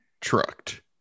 trucked